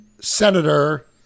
Senator